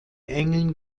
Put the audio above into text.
engeln